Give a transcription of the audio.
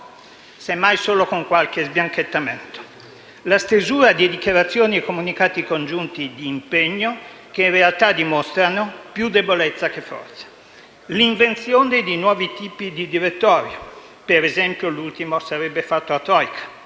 semmai solo con qualche sbianchettamento; la stesura di dichiarazioni e comunicati congiunti di impegno, che in realtà dimostrano più debolezza che forza; l'invenzione di nuovi tipi di direttorio, per esempio, l'ultimo sarebbe fatto a *troika*.